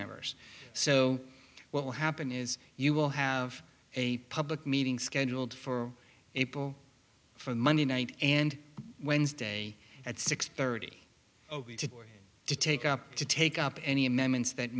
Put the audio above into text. members so what will happen is you will have a public meeting scheduled for april for monday night and wednesday at six thirty to take up to take up any amendments that